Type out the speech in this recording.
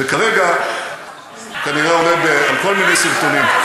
וכרגע כנראה הוא עולה על כל מיני שרטונים.